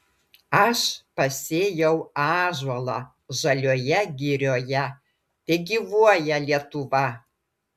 aš pasėjau ąžuolą žalioje girioje tegyvuoja lietuva